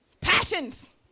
Passions